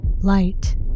Light